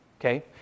Okay